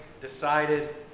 decided